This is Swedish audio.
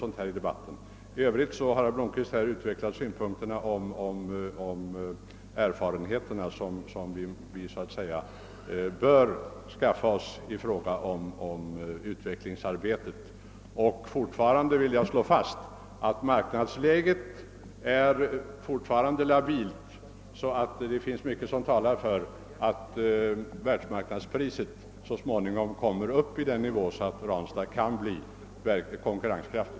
I övrigt har herr Blomkvist utvecklat vår uppfattning om att vi bör skaffa oss erfarenheter i fråga om utvecklingsarbetet. Jag vill än en gång slå fast att marknadsläget fortfarande är labilt; det finns mycket som talar för att världsmarknadspriset så småningom kommer upp till en sådan nivå att Ranstadsanläggningen kan bli verkligt konkurrenskraftig.